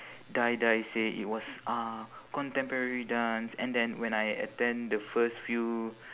die die say it was uh contemporary dance and then when I attend the first few